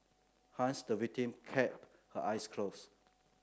hence the victim kept her eyes closed